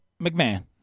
McMahon